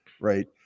right